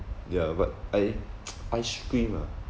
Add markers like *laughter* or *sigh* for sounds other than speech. ya but i~ *noise* ice cream ah